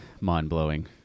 mind-blowing